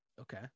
Okay